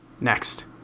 Next